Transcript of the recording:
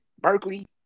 Berkeley